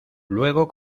luego